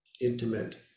intimate